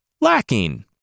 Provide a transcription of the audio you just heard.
lacking